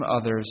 others